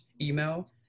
email